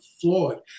flawed